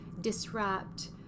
Disrupt